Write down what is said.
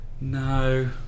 No